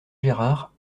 gérard